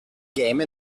game